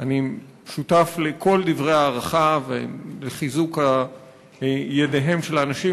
אני שותף לכל דברי הערכה וחיזוק ידיהם של האנשים.